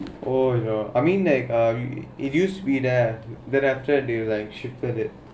oh ya I mean like uh it used to be there then after they like shifted it